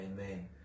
amen